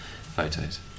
photos